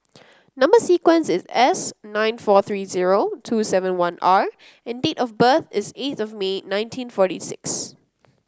number sequence is S nine four three zero two seven one R and date of birth is eighth of May nineteen forty six